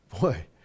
boy